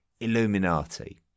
illuminati